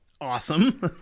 Awesome